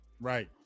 Right